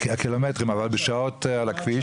הקילומטרים, אבל בשעות על הכביש?